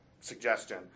Suggestion